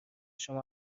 شما